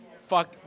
fuck